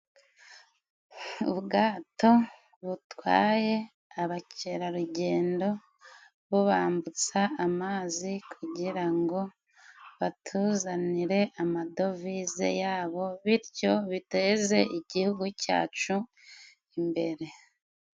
Ubwato butwaye abakerarugendo, bubambutsa amazi, kugira ngo batuzanire amadovize yabo, bityo biteze igihugu cyacu imbere.